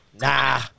nah